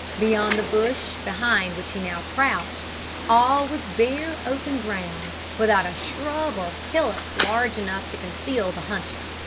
beyond the bush behind which he now crouched all was bare open ground, without a shrub or hillock large enough to conceal the hunter.